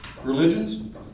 Religions